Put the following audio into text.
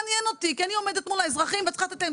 כי אני עומדת מול האזרחים וצריכה לתת להם